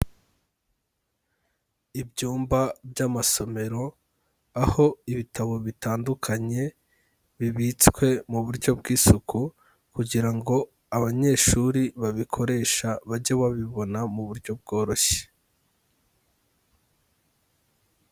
Ibyumba by'amasomero, aho ibitabo bitandukanye bibitswe mu buryo bw'isuku kugira ngo abanyeshuri babikoresha bajye babibona mu buryo bworoshye.